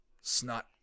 snot